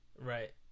Right